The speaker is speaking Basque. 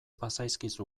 bazaizkizu